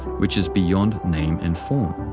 which is beyond name and form.